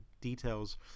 details